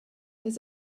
his